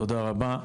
תודה רבה.